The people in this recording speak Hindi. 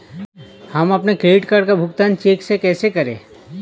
हम अपने क्रेडिट कार्ड का भुगतान चेक से कैसे करें?